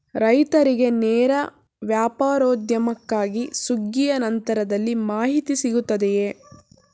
ರೈತರಿಗೆ ನೇರ ವ್ಯಾಪಾರೋದ್ಯಮಕ್ಕಾಗಿ ಸುಗ್ಗಿಯ ನಂತರದಲ್ಲಿ ಮಾಹಿತಿ ಸಿಗುತ್ತದೆಯೇ?